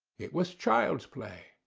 it was child's play.